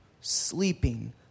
sleeping